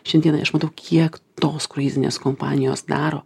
šiandienai aš matau kiek tos kruizinės kompanijos daro